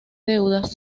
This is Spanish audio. deudas